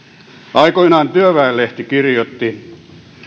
aikoinaan työväenlehti kirjoitti